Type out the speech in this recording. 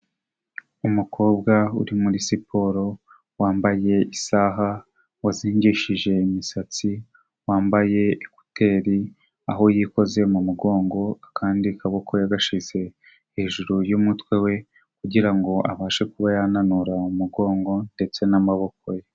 Umukobwa uri muri siporo wambaye isaha wasingishije imisatsi wambaye ekuteri aho yikoze mu mugongo akandi kaboko yagashyize hejuru yumutwe we kugirango abashe kuba yananura umugongo ndetse n'amaboko ye.